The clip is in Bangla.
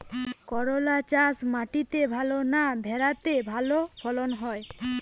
করলা চাষ মাটিতে ভালো না ভেরাতে ভালো ফলন হয়?